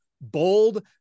bold